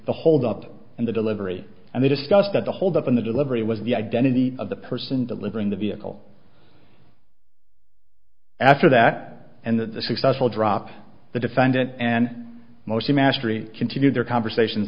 the hold up and the delivery and they discussed that the hold up in the delivery was the identity of the person delivering the vehicle after that and the successful drop the defendant and mostly mastery continued their conversations